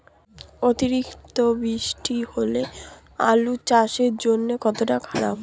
অতিরিক্ত বৃষ্টি হলে আলু চাষের জন্য কতটা খারাপ?